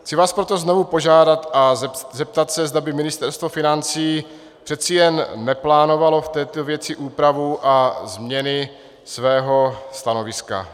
Chci vás proto znovu požádat a zeptat se, zda by Ministerstvo financí přece jen neplánovalo v této věci úpravu a změny svého stanoviska.